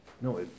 No